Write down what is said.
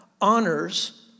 honors